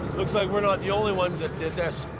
looks like we're not the only ones that did this.